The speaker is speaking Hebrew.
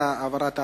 בעד העברת ההצעה.